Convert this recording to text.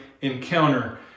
encounter